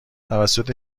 توسط